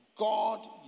God